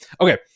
Okay